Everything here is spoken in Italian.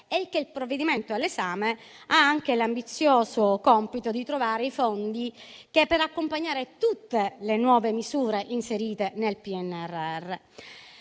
e che il provvedimento all'esame ha anche l'ambizioso compito di trovare i fondi per accompagnare tutte le nuove misure inserite nel PNRR.